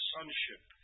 Sonship